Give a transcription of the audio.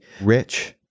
rich